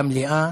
במליאה.